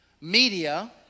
media